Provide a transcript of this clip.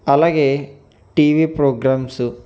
అలాగే TV programmes